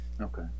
Okay